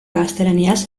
gaztelaniaz